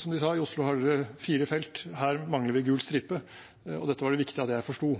som de sa: I Oslo har dere fire felt, og her mangler vi gul stripe – og dette var det viktig at jeg forsto.